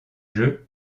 jeu